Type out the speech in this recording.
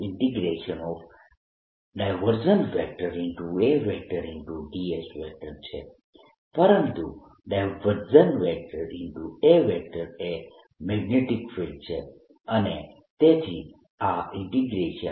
ds છે પરંતુ A એ મેગ્નેટીક ફિલ્ડ છે અને તેથી આ B